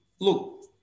look